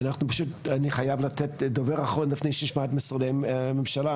ואני חייב לתת לדובר אחרון לפני שנשמע את משרדי הממשלה,